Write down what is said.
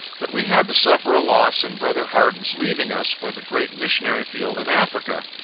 but we had to suffer a loss in brother harden's leaving us for the great missionary field in africa,